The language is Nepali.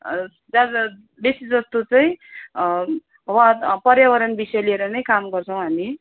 ज्यादा बेसी जस्तो चाहिँ वा पर्यावरण विषय लिएर नै काम गर्छौँ हामी